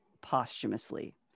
posthumously